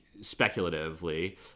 speculatively